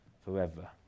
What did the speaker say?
forever